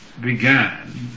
began